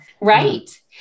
Right